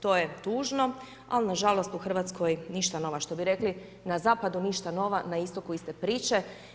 To je tužno, ali nažalost u Hrvatskoj ništa nova što bi rekli, na zapadu ništa nova, na istoku iste priče.